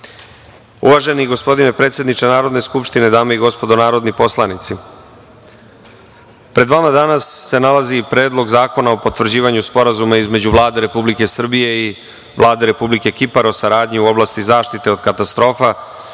gospodine predsedniče Narodne skupštine, dame i gospodo narodni poslanici, pred vama danas se nalazi i Predlog zakona o potvrđivanju Sporazuma između Vlade Republike Srbije i Vlade Republike Kipar o saradnji u oblasti zaštite od katastrofa